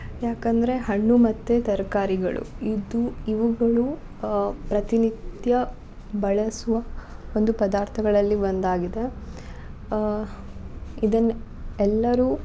ಯಾಕೆಂದರೆ ಹಣ್ಣು ಮತ್ತು ತರಕಾರಿಗಳು ಇದು ಇವುಗಳು ಪ್ರತಿನಿತ್ಯ ಬಳಸುವ ಒಂದು ಪದಾರ್ಥಗಳಲ್ಲಿ ಒಂದಾಗಿದೆ ಇದನ್ನ ಎಲ್ಲರೂ